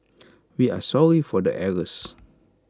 we are sorry for the errors